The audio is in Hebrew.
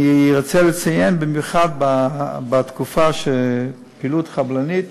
אני רוצה לציין, במיוחד בתקופה של פעילות חבלנית,